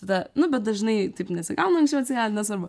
tada nu bet dažnai taip nesigauna anksčiau atsikelt nesvarbu